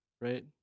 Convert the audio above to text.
right